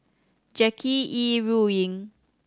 Jackie Yi Ru Ying